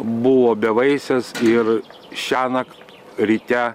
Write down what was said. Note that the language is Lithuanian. buvo bevaisės ir šiąnakt ryte